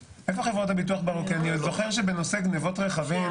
אני זוכר שבנושא גניבות רכבים